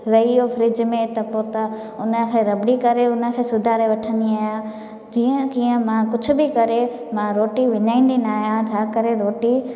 रहियो फ्रिज में त पोइ त उनखे रबड़ी करे उनखे सुधारे वठंदी आहियां जीअं कीअं मां कुझु बि करे मां रोटी विञाईंदी न आहियां छा करे रोटी